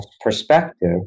perspective